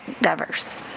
diverse